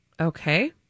Okay